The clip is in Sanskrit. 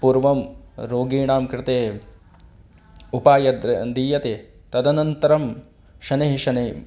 पूर्वं रोगिणां कृते उपायः द् दीयते तदनन्तरं शनैः शनैः